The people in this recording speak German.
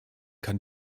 kann